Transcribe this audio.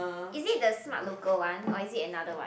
is it the smart local one or is it another one